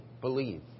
believe